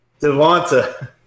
Devonta